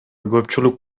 көпчүлүк